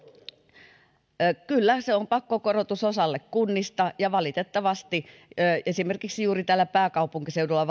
kyllä se on pakkokorotus osalle kunnista ja se valitettavasti vaikuttaa eniten esimerkiksi juuri täällä pääkaupunkiseudulla